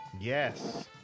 Yes